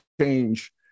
change